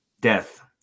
death